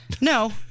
No